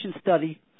study